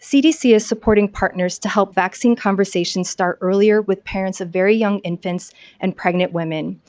cdc is supporting partners to help vaccine conversations start earlier with parents of very young infants and pregnant women.